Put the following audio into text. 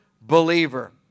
believer